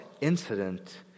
incident